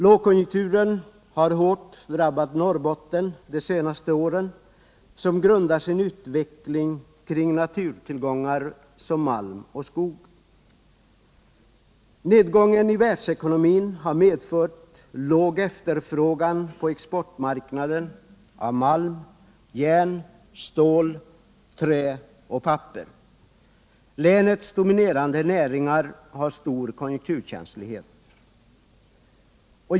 Lågkonjunkturen har de senaste åren hårt drabbat Norrbotten, som grundar sin utveckling på naturtillgångar som malm och skog. Nedgången i världsekonomin har medfört låg efterfrågan på exportmarknaden av malm, järn, stål, trä och papper. Länets dominerande näringar har stor konjunkturkänslighet.